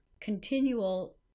continual